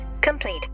complete